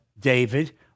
David